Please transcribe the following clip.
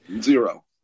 Zero